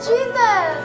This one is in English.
Jesus